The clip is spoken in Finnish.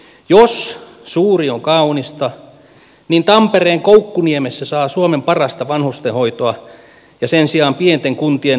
jos suuri on kaunista niin tampereen koukkuniemessä saa suomen parasta vanhustenhoitoa ja sen sijaan pienten kuntien mummot ja papat ovat heitteillä